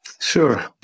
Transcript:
Sure